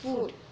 food